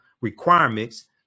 requirements